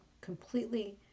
completely